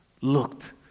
looked